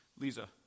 Lisa